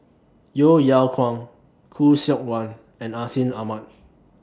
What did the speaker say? Yeo Yeow Kwang Khoo Seok Wan and Atin Amat